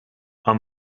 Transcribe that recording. and